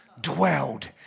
dwelled